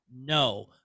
No